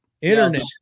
Internet